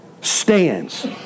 stands